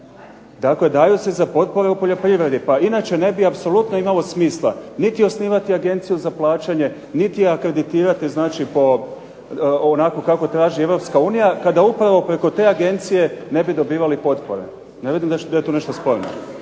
Tako je, daju se za potpore u poljoprivredu pa inače ne bi apsolutno imalo smisla niti osnivati agenciju za plaćanje niti akreditirati znači onako kako traži Europska unija kada upravo preko te agencije ne bi dobivali potpore. Ne vidim da je tu nešto sporno.